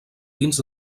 dins